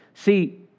See